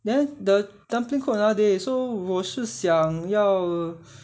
then the dumpling cook on another day then so 我是想要